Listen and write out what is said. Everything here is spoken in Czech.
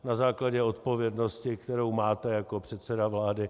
Na základě odpovědnosti, kterou máte jako předseda vlády.